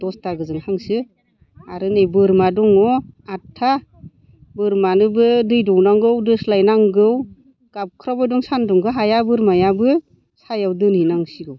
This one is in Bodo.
दसता गोजों हांसो आरो नै बोरमा दङ आदथा बोरमानोबो दै दौनांगौ दोस्लायनांगौ गाबख्रावबायदों सान्दुंखो हाया बोरमायाबो सायाव दोनहैनांसिगौ